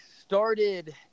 started